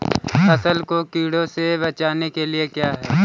फसल को कीड़ों से बचाने के लिए क्या करें?